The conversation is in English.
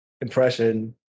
impression